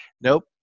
Nope